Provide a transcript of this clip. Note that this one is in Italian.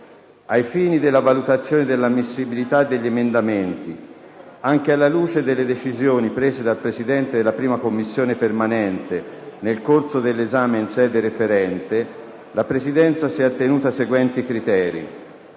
Ai fini della valutazione dell'ammissibilità degli emendamenti, anche alla luce delle decisioni prese dal Presidente della 1a Commissione permanente nel corso dell'esame in sede referente, la Presidenza si è attenuta ai seguenti criteri: